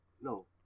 No